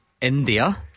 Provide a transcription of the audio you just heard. India